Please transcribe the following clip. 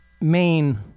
main